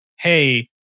hey